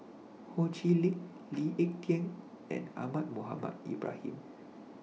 Ho Chee Lick Lee Ek Tieng and Ahmad Mohamed Ibrahim